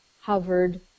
hovered